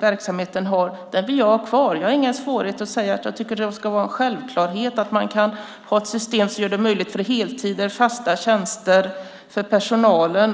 verksamheten har. Jag har inga svårigheter att säga att jag tycker det är en självklarhet att man kan ha ett system som gör det möjligt med heltider och fasta tjänster för personalen.